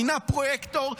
מינה פרויקטור,